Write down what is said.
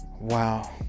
Wow